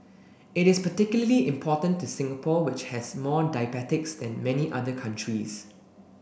it is particularly important to Singapore which has more diabetics than many other countries